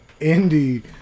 indie